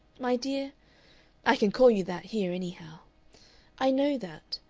my dear i can call you that here, anyhow i know that.